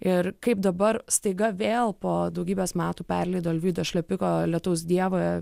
ir kaip dabar staiga vėl po daugybės metų perleido alvydo šlepiko lietaus dievą